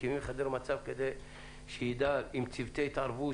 מקימים חדר מצב עם צוותי התערבות.